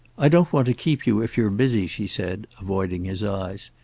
i don't want to keep you, if you're busy, she said, avoiding his eyes.